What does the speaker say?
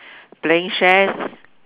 playing shares